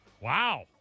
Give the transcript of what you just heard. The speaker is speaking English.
Wow